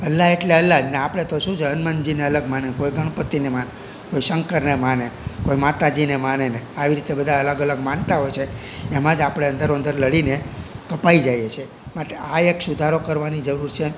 અલ્લાહ એટલે અલ્લાહ જ આપણે તો શું છે હનુમાનજીને અલગ માને કોઈ ગણપતિને માને કોઈ શંકરને માને કોઈ માતાજીને માને આવી રીતે બધા અલગ અલગ માનતા હોય છે એમાં જ આપણે અંદરો અંદર લડીને કપાઈ જઈએ છીએ માટે આ એક સુધારો કરવાની જરૂર છે